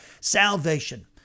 salvation